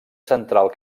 central